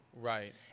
Right